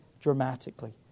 dramatically